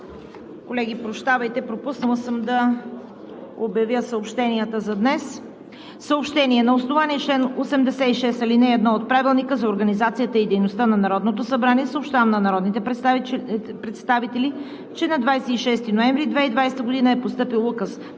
Колеги, прощавайте, пропуснала съм да обявя съобщенията за днес.